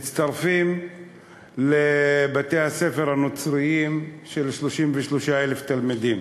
מצטרפים לבתי-הספר הנוצריים, שזה 33,000 תלמידים.